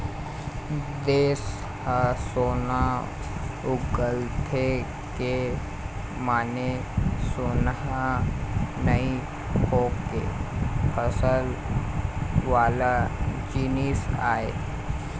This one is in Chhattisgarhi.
देस ह सोना उगलथे के माने सोनहा नइ होके फसल वाला जिनिस आय